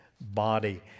body